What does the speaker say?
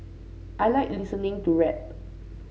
I like listening to rap